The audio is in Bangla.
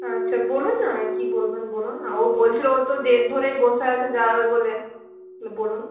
আচ্ছা বলুন নয় কী বলবেন বলুন ও বলছিলো ও তো জেদ ধরেই বসে আছে যাবে বলে বলুন